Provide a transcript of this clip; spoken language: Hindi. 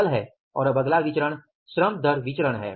सरल है और अब अगला विचरण श्रम दर विचरण है